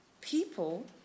people